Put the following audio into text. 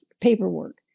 paperwork